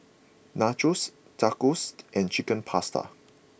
Nachos Tacosed and Chicken Pasta